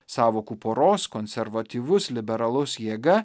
sąvokų poros konservatyvus liberalus jėga